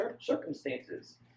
circumstances